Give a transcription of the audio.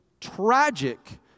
tragic